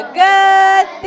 good